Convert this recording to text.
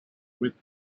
with